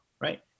right